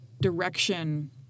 direction